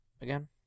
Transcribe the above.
again